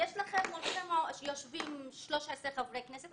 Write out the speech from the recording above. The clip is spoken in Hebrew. מולכם יושבים 13 חברי כנסת.